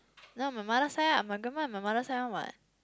no my mother side ah my grandma is my mother side one what